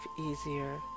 easier